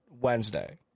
Wednesday